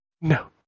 No